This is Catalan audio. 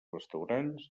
restaurants